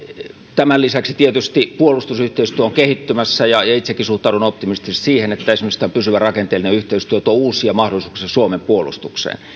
tämän lisäksi tietysti puolustusyhteistyö on kehittymässä ja ja itsekin suhtaudun optimistisesti siihen että esimerkiksi tämä pysyvä rakenteellinen yhteistyö tuo uusia mahdollisuuksia suomen puolustukseen